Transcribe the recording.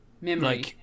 memory